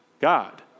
God